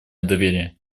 доверие